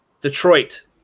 Detroit